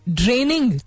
draining